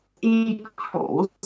equals